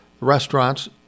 Restaurants